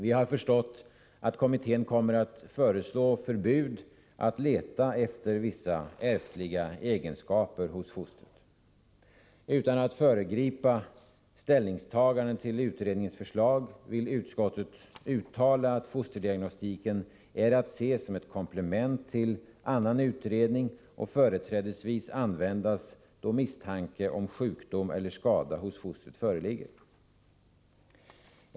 Vi har förstått att kommittén kommer att föreslå förbud att leta efter vissa ärftliga egenskaper hos fostret. Utan att föregripa ställningstagande till utredningens förslag vill utskottet uttala att fosterdiagnostiken är att se som ett komplement till annan utredning och företrädesvis användas då misstanke om sjukdom eller skada hos fostret föreligger.